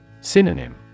Synonym